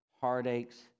heartaches